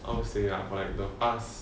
how to say ah like the past